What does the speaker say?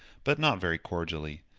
but not very cordially.